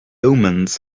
omens